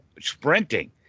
sprinting